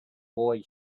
boy